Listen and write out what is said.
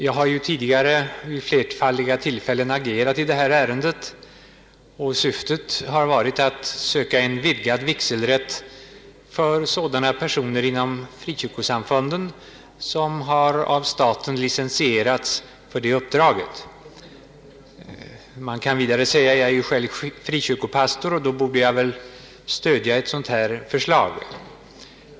Jag har ju tidigare vid flerfaldiga tillfällen agerat i detta ärende, och mitt syfte har varit att söka en vidgad vigselrätt för sådana personer inom frikyrkosamfunden som av staten har licensierats för det uppdraget. Jag är ju själv frikyrkopastor, och det kan tyckas att jag borde stödja ett förslag som detta.